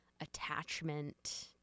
attachment